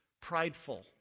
prideful